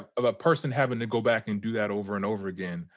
a ah but person having to go back and do that over and over again.